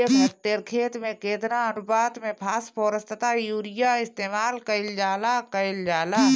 एक हेक्टयर खेत में केतना अनुपात में फासफोरस तथा यूरीया इस्तेमाल कईल जाला कईल जाला?